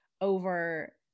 over